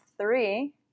three